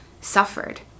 suffered